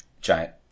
Giant